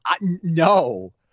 No